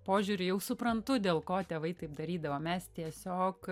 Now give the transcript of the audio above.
požiūriu jau suprantu dėl ko tėvai taip darydavo mes tiesiog